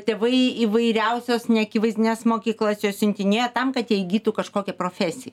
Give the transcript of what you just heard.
tėvai į įvairiausias neakivaizdines mokyklas juos siuntinėja tam kad jie įgytų kažkokią profesiją